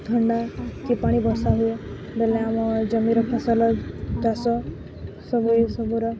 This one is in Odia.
ଥଣ୍ଡା କି ପାଣି ବର୍ଷା ହୁଏ ବଲେ ଆମ ଜମିର ଫସଲ ଚାଷ ସବୁ ଏସବୁର